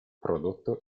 prodotto